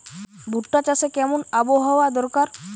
ভুট্টা চাষে কেমন আবহাওয়া দরকার?